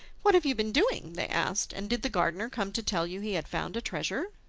what have you been doing? they asked, and did the gardener come to tell you he had found a treasure?